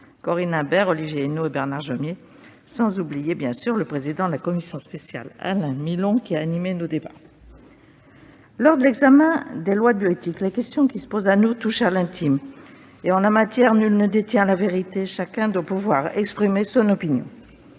Corinne Imbert, Olivier Henno et Bernard Jomier. Je n'oublie pas le président de la commission spéciale, Alain Milon, qui a animé nos débats. Lors de l'examen des lois de bioéthique, les questions qui se posent à nous touchent à l'intime. En la matière, nul ne détient la vérité. Chacun doit pouvoir exprimer son opinion.